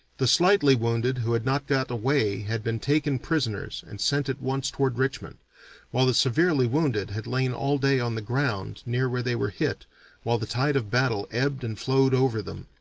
the slightly wounded who had not got away had been taken prisoners and sent at once toward richmond while the severely wounded had lain all day on the ground near where they were hit while the tide of battle ebbed and flowed over them.